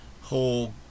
whole